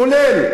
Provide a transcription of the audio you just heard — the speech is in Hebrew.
כולל,